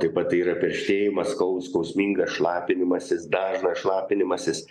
taip pat tai yra perštėjimas skau skausminga šlapinimasis dažnas šlapinimasis